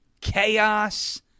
chaos